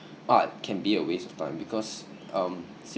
art can be a waste of time because um